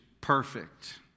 perfect